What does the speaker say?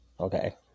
Okay